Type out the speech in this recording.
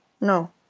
No